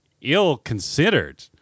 ill-considered